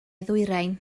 ddwyrain